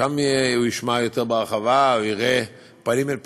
שם הוא ישמע יותר בהרחבה והוא יראה פנים אל פנים,